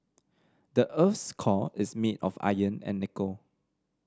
the earth's core is made of iron and nickel